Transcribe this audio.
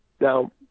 Now